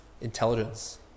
intelligence